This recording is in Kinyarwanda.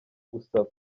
gusaba